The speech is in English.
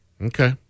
Okay